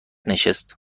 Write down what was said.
نشست